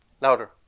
Louder